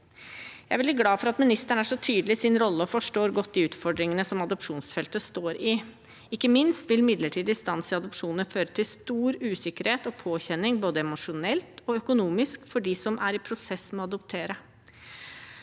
veldig glad for at ministeren er så tydelig i sin rolle og forstår godt de utfordringene som adopsjonsfeltet står i. Ikke minst vil midlertidig stans i adopsjoner føre til stor usikkerhet og påkjenning, både emosjonelt og økonomisk, for dem som er i prosess med å adoptere.